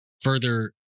further